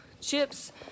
chips